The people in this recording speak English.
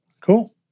Cool